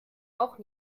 auch